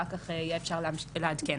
אחר כך יהיה אפשר להמשיך ולעדכן.